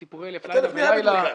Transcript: סיפורי אלף לילה ולילה,